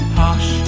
hush